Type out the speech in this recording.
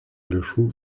lėšų